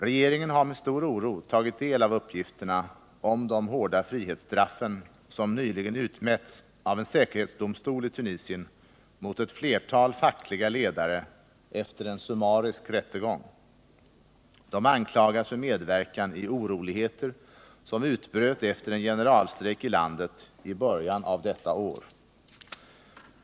Regeringen har med stor oro tagit del av uppgifterna om de hårda frihetsstraffen, som nyligen utmätts av en säkerhetsdomstol i Tunisien mot ett flertal fackliga ledare efter en summarisk rättegång. De anklagas för medverkan i oroligheter, som utbröt efter en generalstrejk i landet i början av detta år.